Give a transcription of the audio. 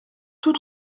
tout